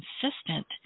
consistent